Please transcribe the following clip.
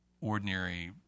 ordinary